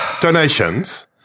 Donations